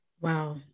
Wow